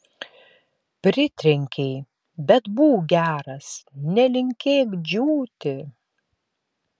pritrenkei bet būk geras nelinkėk džiūti